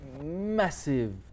massive